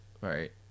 right